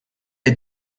est